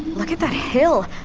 look at that hill!